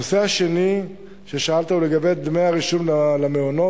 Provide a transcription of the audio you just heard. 2. הנושא השני ששאלת עליו הוא דמי הרישום למעונות.